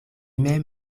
mem